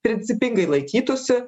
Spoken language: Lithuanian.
principingai laikytųsi